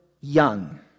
young